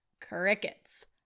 crickets